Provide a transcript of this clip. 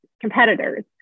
competitors